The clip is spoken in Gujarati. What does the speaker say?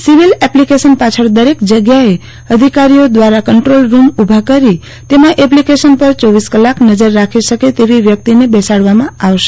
સિવિલ એપ્લીકેશન પાછળ દરેક જગ્યાએ અધિકારીઓ દ્વારા કંટ્રોલરૂમ ઉભા કરી તેમાં એપ્લિકેશન પર ચોવીસ કલાક નજર રાખી શકે તેવી વ્યક્તિને બેસાડવામાં આવશે